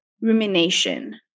rumination